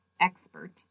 expert